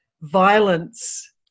violence